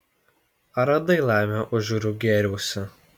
ar radai laimę užjūrių gėriuose